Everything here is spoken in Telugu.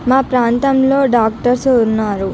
మా ప్రాంతంలో డాక్టర్సు ఉన్నారు